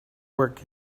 work